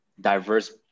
diverse